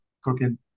cooking